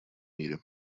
мире